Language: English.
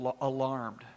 alarmed